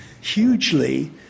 hugely